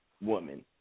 woman